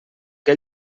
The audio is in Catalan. que